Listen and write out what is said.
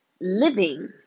living